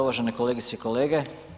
Uvažene kolegice i kolege.